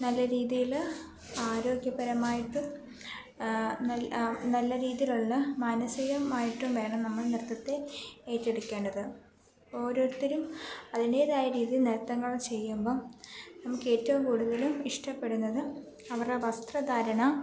നല്ല രീതിയിൽ ആരോഗ്യപരമായിട്ടും നല്ല രീതിയിലുള്ള മാനസികമായിട്ടും വേണം നമ്മൾ നൃത്തത്തെ ഏറ്റെടുക്കേണ്ടത് ഓരോരുത്തരും അതിൻ്റേതായ രീതിയിൽ നൃത്തങ്ങൾ ചെയ്യുമ്പം നമുക്ക് ഏറ്റവും കൂടുതലും ഇഷ്ടപ്പെടുന്നത് അവരുടെ വസ്ത്രധാരണ